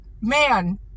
man